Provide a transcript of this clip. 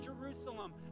Jerusalem